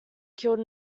killed